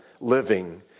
living